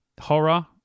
horror